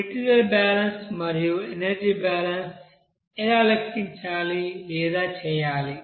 material balance మరియు energy balance ఎలా లెక్కించాలి లేదా చేయాలి